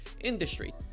industry